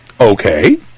Okay